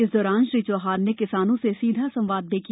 इस दौरान श्री चौहान ने किसानों से सीधा संवाद भी किया